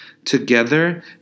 Together